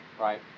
right